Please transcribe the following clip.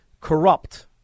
corrupt